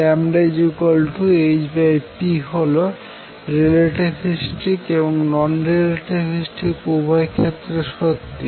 λhp হল রিলেটিভিস্টিক এবং non relativistic উভয়ের ক্ষেত্রে সত্যি